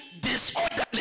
disorderly